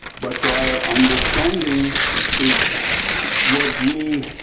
but to our understanding is what we